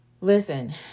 Listen